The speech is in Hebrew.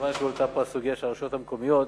מכיוון שהועלתה פה הסוגיה של הרשויות המקומיות,